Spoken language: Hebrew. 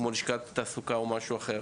כמו לשכת התעסוקה או משהו אחר,